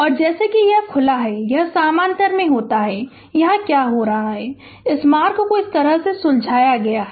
और जैसे ही यह खुला होता है यह समानांतर में होता है तो यहाँ क्या हो रहा है कि इस मार्ग को इस तरह से सुलझाया गया है